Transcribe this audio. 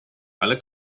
alle